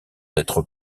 d’être